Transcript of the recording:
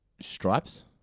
Stripes